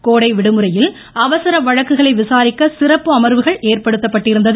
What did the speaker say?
கோடை விடுமுறையில் அவசர வழக்குகளை விசாரிக்க சிறப்பு அமர்வுகள் ஏற்படுத்தப்பட்டிருந்தது